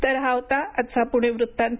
तर हा होता आजचा पुणे वृत्तांत